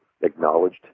acknowledged